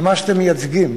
על מה שאתם מייצגים.